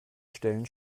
stellen